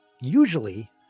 usually